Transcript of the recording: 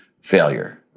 failure